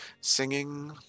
Singing